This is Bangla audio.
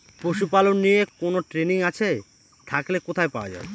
পশুপালন নিয়ে কোন ট্রেনিং আছে থাকলে কোথায় পাওয়া য়ায়?